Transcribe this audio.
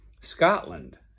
Scotland